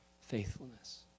faithfulness